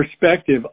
perspective